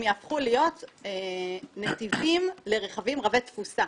יהפכו להיות נתיבים לרכבים רבי תפוסה.